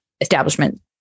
Establishment